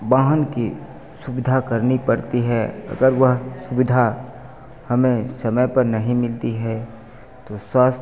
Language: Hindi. वाहन की सुविधा करनी पड़ती है अगर वह सुविधा हमें समय पर नहीं मिलती है तो स्वास्थ्य